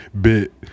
bit